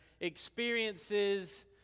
experiences